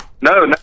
No